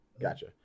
gotcha